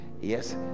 Yes